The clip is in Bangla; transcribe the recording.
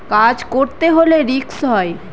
কাজ করতে হলে রিস্ক হয়